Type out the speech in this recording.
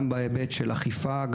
גם בהיבט של אכיפה,